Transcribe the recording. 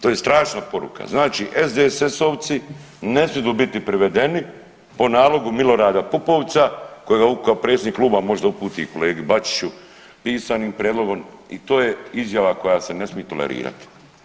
To je strašna poruka, znači SDSS-ovci ne smidu biti privedeni po nalogu Milorada Pupovca kojega kao predsjednik Kluba možda uputi i kolegi Bačiću pisanim prijedlogom i to je izjava koja se ne smije tolerirati.